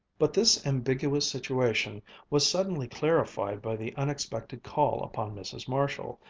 but this ambiguous situation was suddenly clarified by the unexpected call upon mrs. marshall,